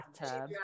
bathtub